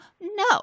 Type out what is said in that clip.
No